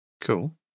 cool